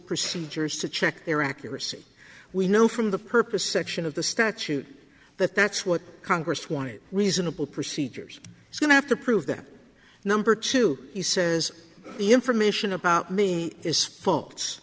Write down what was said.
procedures to check their accuracy we know from the purpose section of the statute that that's what congress wanted reasonable procedures is going to have to prove that number two he says the information about me is faults